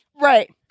Right